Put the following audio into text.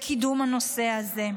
לקידום הנושא הזה.